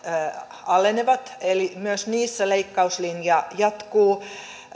alenevat eli myös niissä leik kauslinja jatkuu